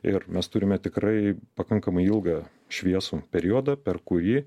ir mes turime tikrai pakankamai ilgą šviesų periodą per kurį